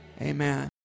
amen